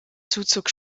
zuzug